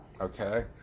Okay